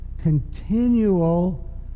continual